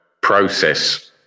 process